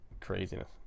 craziness